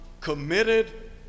committed